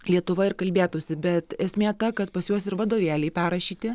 lietuva ir kalbėtųsi bet esmė ta kad pas juos ir vadovėliai perrašyti